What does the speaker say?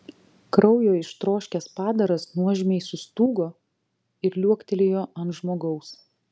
kraujo ištroškęs padaras nuožmiai sustūgo ir liuoktelėjo ant žmogaus